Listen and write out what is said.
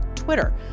twitter